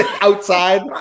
outside